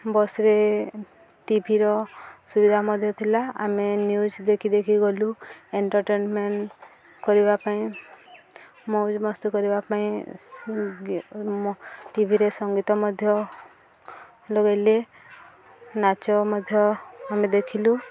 ବସ୍ରେ ଟିଭିର ସୁବିଧା ମଧ୍ୟ ଥିଲା ଆମେ ନ୍ୟୁଜ୍ ଦେଖି ଦେଖି ଗଲୁ ଏଣ୍ଟରଟେନମେଣ୍ଟ କରିବା ପାଇଁ ମୌଜ ମସ୍ତି କରିବା ପାଇଁ ଟିଭିରେ ସଙ୍ଗୀତ ମଧ୍ୟ ଲଗେଇଲେ ନାଚ ମଧ୍ୟ ଆମେ ଦେଖିଲୁ